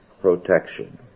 protection